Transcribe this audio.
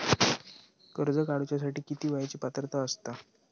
कर्ज काढूसाठी किती वयाची पात्रता असता?